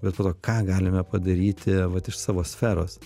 bet po to ką galime padaryti vat iš savo sferos